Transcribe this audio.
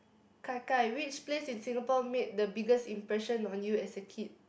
Gai Gai which place in Singapore made the biggest impression on you as a kid